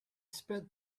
spread